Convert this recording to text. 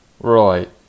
right